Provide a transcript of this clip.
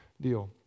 deal